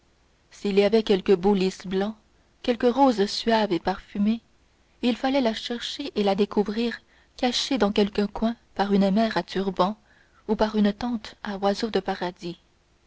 s'il y avait quelque beau lis blanc quelque rose suave et parfumée il fallait la chercher et la découvrir cachée dans quelque coin par une mère à turban ou par une tante à oiseau de paradis